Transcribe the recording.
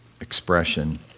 expression